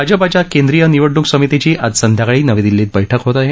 भाजपाच्या केंद्रीय निवडणूक समितीची आज संध्याकाळी नवी दिल्लीत बैठक होत आहे